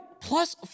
plus